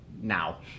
now